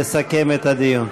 לסכם את הדיון.